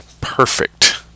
perfect